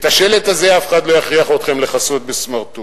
את השלט הזה אף אחד לא יכריח אתכם לכסות בסמרטוט.